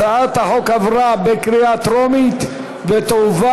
הצעת החוק עברה בקריאה טרומית ותועבר